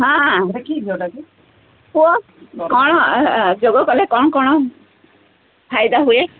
ହଁ ହଁ ଏଇଟା କି ଘିଅଟା କି କୁହ ହଁ ଯୋଗ କଲେ କ'ଣ କ'ଣ ଫାଇଦା ହୁଏ